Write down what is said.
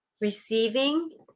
receiving